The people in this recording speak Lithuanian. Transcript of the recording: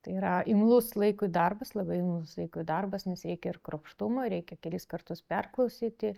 tai yra imlus laikui darbas labai imlus laikui darbas nes reikia ir kruopštumo reikia kelis kartus perklausyti